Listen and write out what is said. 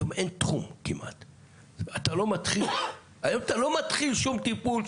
היום אתה לא מתחיל שום טיפול,